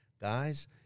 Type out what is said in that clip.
guys